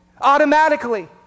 automatically